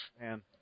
Man